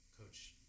Coach